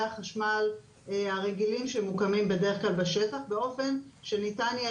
החשמל הרגילים שמוקמים בדרך כלל בשטח באופן שניתן יהיה